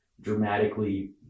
dramatically